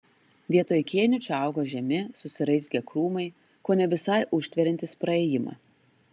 vietoj kėnių čia augo žemi susiraizgę krūmai kone visai užtveriantys praėjimą